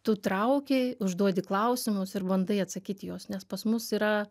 tu trauki užduodi klausimus ir bandai atsakyt į juos nes pas mus yra